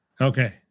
Okay